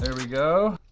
and we go.